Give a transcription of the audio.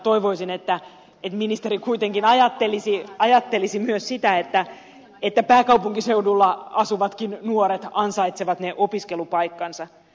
toivoisin että ministeri kuitenkin ajattelisi myös sitä että pääkaupunkiseudullakin asuvat nuoret ansaitsevat ne opiskelupaikkansa